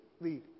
lead